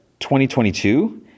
2022